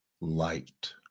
light